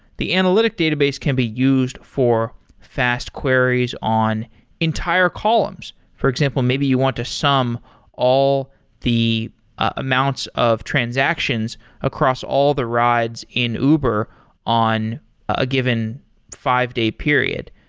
the analytic database can be used for fast queries on entire columns. for example, maybe you want to sum all the amounts of transactions across all the rides in uber on a given five-day period.